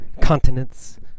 continents